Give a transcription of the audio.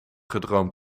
gedroomd